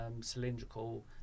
cylindrical